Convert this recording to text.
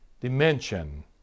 dimension